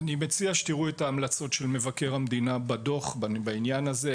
אני מציע שתיראו את ההמלצות של מבקר המדינה בדוח בעניין הזה.